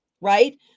right